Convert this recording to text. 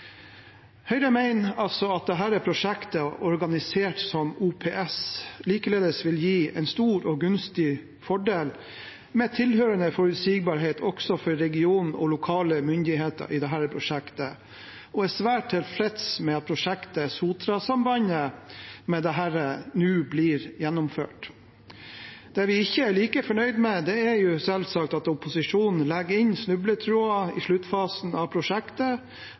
Høyre mener at dette prosjektet, organisert som OPS, likeledes vil gi en stor og gunstig fordel, med tilhørende forutsigbarhet også for regionen og lokale myndigheter, og er svært tilfreds med at prosjektet Sotrasambandet nå blir gjennomført. Det vi ikke er like fornøyd med, er selvsagt at opposisjonen legger inn snubletråder i sluttfasen av prosjektet,